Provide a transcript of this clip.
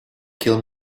kill